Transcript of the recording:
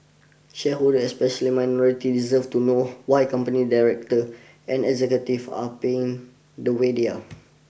shareholders especially minorities deserve to know why company directors and executives are paying the way they are